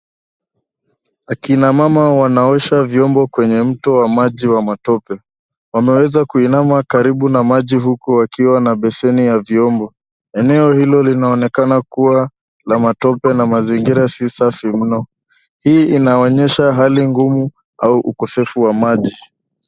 Akina mama wanaosha vyombo kwenye mto wa maji wa matope, wameweza kuinama karibu na maji huku wakiwa na besheni ya vyombo eneo hilo linaonekana kuwa la matope na mazingira si safi mno . Hii inaonyesha hali ngumu au ukosefu wa maji.